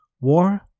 War